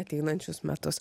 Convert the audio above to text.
ateinančius metus